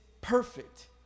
perfect